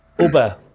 Uber